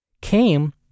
came